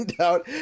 out